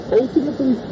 ultimately